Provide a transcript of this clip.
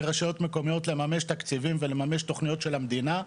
מרשויות מקומיות לממש תקציבים ולממש תוכניות של המדינה,